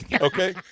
Okay